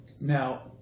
Now